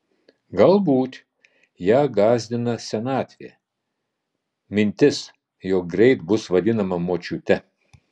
galbūt ją gąsdina senatvė mintis jog greit bus vadinama močiute